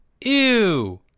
Ew